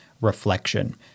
reflection